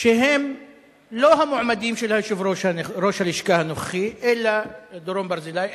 שהם לא המועמדים של ראש הלשכה הנוכחי דורון ברזילי,